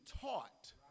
taught